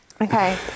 Okay